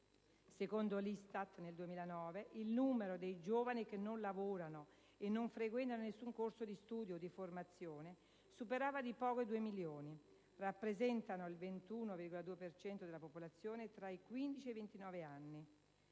Secondo l'ISTAT, nel 2009 il numero dei giovani che non lavorano e non frequentano nessun corso di studio o di formazione superava di poco i due milioni: rappresentano il 21,2 per cento della popolazione tra i 15 e i 29 anni.